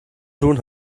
tun